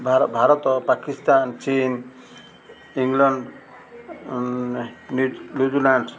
ଭାରତ ପାକିସ୍ତାନ୍ ଚୀନ୍ England New Zealand